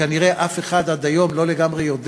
שכנראה אף אחד עד היום לא לגמרי יודע